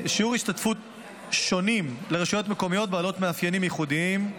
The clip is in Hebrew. השתתפות שונים לרשויות מקומיות בעלות מאפיינים ייחודיים,